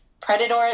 predator